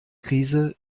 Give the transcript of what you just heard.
krise